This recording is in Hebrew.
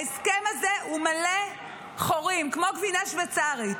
ההסכם הזה הוא מלא חורים כמו גבינה שוויצרית.